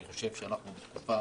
אנחנו בתקופה